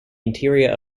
interior